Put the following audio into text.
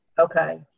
Okay